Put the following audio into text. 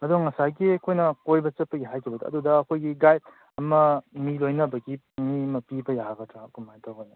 ꯑꯗꯣ ꯉꯁꯥꯏꯒꯤ ꯑꯩꯈꯣꯏꯅ ꯀꯣꯏꯕ ꯆꯠꯄꯒꯤ ꯍꯥꯏꯈꯤꯕꯗꯣ ꯑꯗꯨꯗ ꯑꯩꯈꯣꯏꯒꯤ ꯒꯥꯏꯗ ꯑꯃ ꯃꯤ ꯂꯣꯏꯅꯕꯒꯤ ꯃꯤ ꯑꯃ ꯄꯤꯕ ꯌꯥꯒꯗ꯭ꯔ ꯀꯃꯥꯏ ꯇꯧꯒꯅꯤ